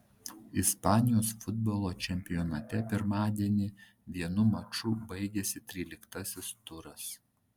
ispanijos futbolo čempionate pirmadienį vienu maču baigėsi tryliktas turas